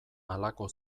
halako